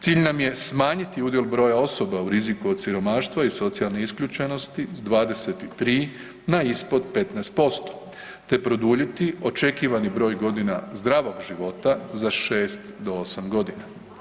Cilj nam je smanjiti udio broja osoba u riziku od siromaštva i socijalne isključenosti sa 23 na ispod 15% te produljiti očekivani broj godina zdravog života za 5 do 8 godina.